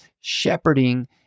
shepherding